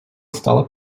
стала